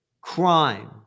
Crime